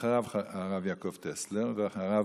אחריו, הרב יעקב טסלר, ואחריו,